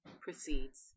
proceeds